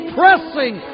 pressing